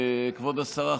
כבוד השרה,